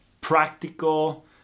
practical